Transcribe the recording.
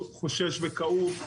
חושש וכאוב,